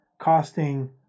costing